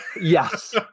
Yes